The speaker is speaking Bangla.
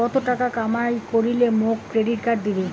কত টাকা কামাই করিলে মোক ক্রেডিট কার্ড দিবে?